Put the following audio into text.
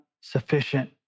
sufficient